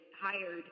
hired